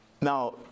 Now